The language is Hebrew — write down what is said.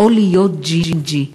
או להיות ג'ינג'י.